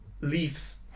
leaves